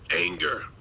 Anger